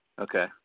Okay